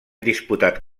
disputat